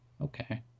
okay